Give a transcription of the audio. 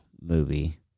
movie